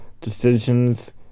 decisions